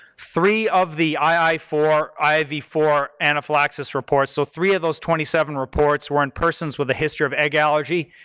three of the i i four, i v four anaphylaxis reports, so three of those twenty seven reports were in persons with a history of egg allergy,